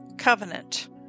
covenant